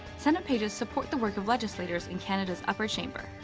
senate pages support the work of legislators in canada's upper chamber.